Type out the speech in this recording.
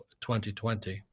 2020